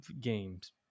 games